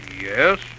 Yes